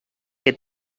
que